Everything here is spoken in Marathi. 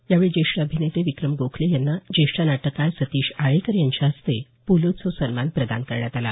यावेळी ज्येष्ठ अभिनेते विक्रम गोखले यांना ज्येष्ठ नाटककार सतीश आळेकर यांच्या हस्ते पुलोत्सव सन्मान प्रदान करण्यात आला